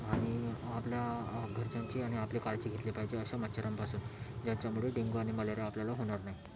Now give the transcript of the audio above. आणि आपल्या घरच्यांची आणि आपली काळजी घेतली पाहिजे अश्या मच्छरांपासून ज्यांच्यामुळं डेंगू आणि मलेरिया आपल्याला होणार नाहीत